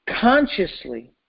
consciously